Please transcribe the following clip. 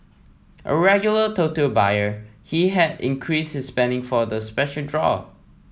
a regular Toto buyer he had increased his spending for the special draw